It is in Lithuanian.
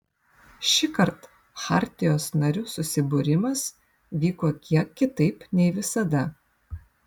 šįkart chartijos narių susibūrimas vyko kiek kitaip nei visada